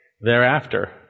thereafter